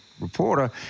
reporter